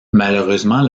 malheureusement